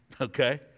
Okay